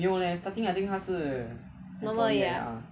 normal 而已啊